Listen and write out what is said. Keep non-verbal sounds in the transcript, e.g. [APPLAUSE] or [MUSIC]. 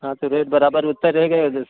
हाँ तो रेट बराबर उतने रहेगा या [UNINTELLIGIBLE]